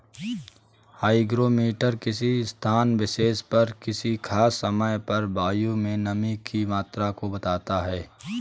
hygrometer किसी स्थान विशेष पर किसी खास समय पर वायु में नमी की मात्रा को बताता है